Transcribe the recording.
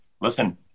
listen